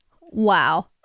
Wow